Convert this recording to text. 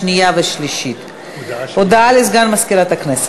בעד, 38, נגד, 34, אין נמנעים.